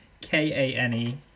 K-A-N-E